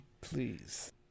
please